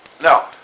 Now